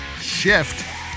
shift